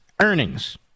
earnings